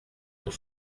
pour